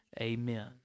amen